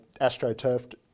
astroturfed